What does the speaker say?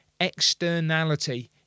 externality